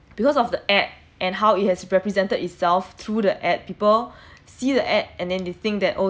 because of the ad and how it has represented itself through the ad people see the ad and then they think that oh